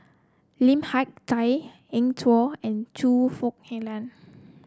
Lim Hak Tai Eng Tow and Choe Fook Alan